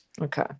Okay